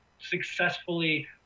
successfully